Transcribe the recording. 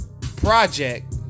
project